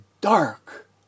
dark